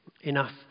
Enough